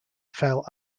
fell